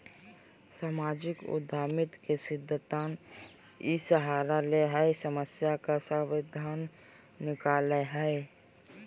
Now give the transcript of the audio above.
सामाजिक उद्यमिता के सिद्धान्त इ सहारा ले हइ समस्या का समाधान निकलैय हइ